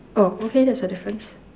oh okay that's a difference